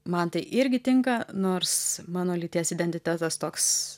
man tai irgi tinka nors mano lyties identitetas toks